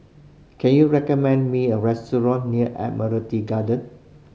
can you recommend me a restaurant near Admiralty Garden